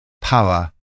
Power